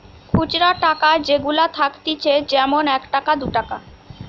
খুচরা টাকা যেগুলা থাকতিছে যেমন এক টাকা, দু টাকা